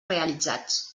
realitzats